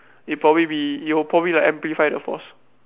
it probably be it will probably like amplify the force